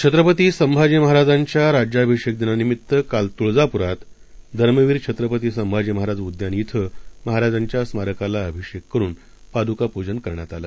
छत्रपती संभाजी महाराज यांच्या राज्याभिषेक दिना निमित्त काल तुळजापुरात धर्मवीर छत्रपती संभाजी महाराज उद्यान िि महाराजांच्या स्मारकाला अभिषेक करून पादुका पूजन करण्यात आलं